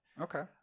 Okay